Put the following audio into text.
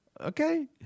Okay